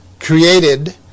Created